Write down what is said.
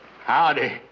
Howdy